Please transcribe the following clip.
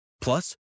Plus